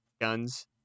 guns